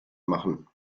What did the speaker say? machen